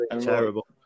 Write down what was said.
terrible